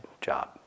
job